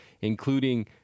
including